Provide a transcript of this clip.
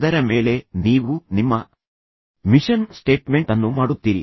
ಅದರ ಮೇಲೆ ನೀವು ನಿಮ್ಮ ಮಿಷನ್ ಸ್ಟೇಟ್ಮೆಂಟ್ ಅನ್ನು ಮಾಡುತ್ತೀರಿ